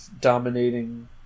dominating